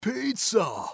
Pizza